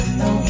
no